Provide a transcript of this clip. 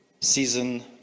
season